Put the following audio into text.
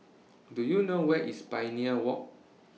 Do YOU know Where IS Pioneer Walk